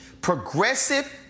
progressive